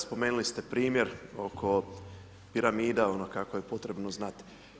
Spomenuli ste primjer oko piramida ono kako je potrebno znati.